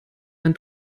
ein